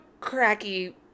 cracky